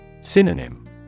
Synonym